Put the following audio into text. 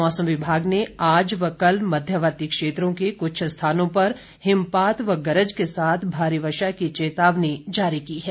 मौसम विभाग ने आज व कल मध्यवर्ती क्षेत्रों के कुछ स्थानों पर हिमपात व गरज के भारी वर्षा की चेतावनी जारी की है